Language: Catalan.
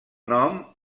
nom